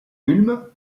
ulm